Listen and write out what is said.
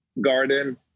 garden